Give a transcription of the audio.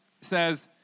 says